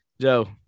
Joe